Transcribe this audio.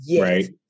right